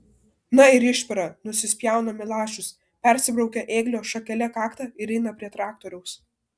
na ir išpera nusispjauna milašius persibraukia ėglio šakele kaktą ir eina prie traktoriaus